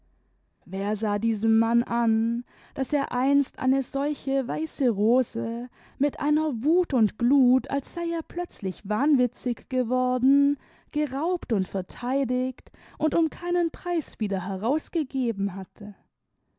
wer sah diesem mann an daß er einst eine solche weiße rose mit einer wut und glut als sei er plötzlich wahnwitzig geworden geraubt und verteidigt und um keinen preis wieder herausgegeben hatte